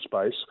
space